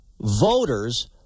voters